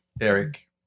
eric